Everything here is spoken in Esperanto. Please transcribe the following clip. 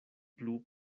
plu